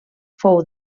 fou